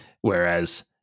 whereas